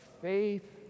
faith